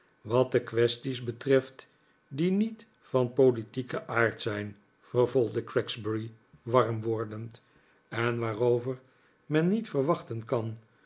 wat de quaesties betreft die niet van politieken aard zijn vervolgde gregsbury warm wordend en waarover men niet verwachten kan